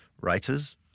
writers